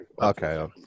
Okay